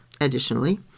Additionally